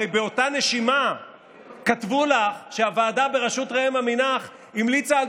הרי באותה נשימה כתבו לך שהוועדה בראשות ראם עמינח המליצה על